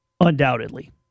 undoubtedly